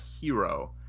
hero